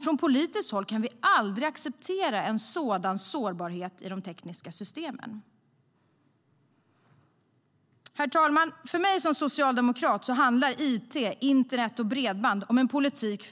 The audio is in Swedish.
Från politiskt håll kan vi aldrig acceptera en sådan sårbarhet i de tekniska systemen. Herr talman! För mig som socialdemokrat handlar it, internet och bredband om en politik